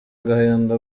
gahinda